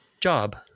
job